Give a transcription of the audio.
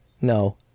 No